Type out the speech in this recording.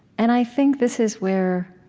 and i think this is where